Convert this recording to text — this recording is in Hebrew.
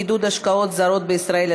עידוד השקעות זרות בישראל),